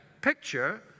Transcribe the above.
Picture